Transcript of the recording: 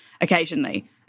occasionally